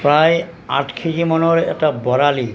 প্ৰায় আঠ কেজি মানৰ এটা বৰালি